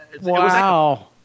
wow